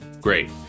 Great